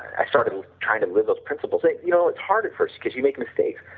i started trying to live those principles that you know its hard at first, because you make mistakes,